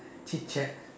chit chat